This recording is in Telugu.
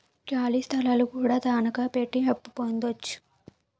ఖాళీ స్థలాలు కూడా తనకాపెట్టి అప్పు పొందొచ్చు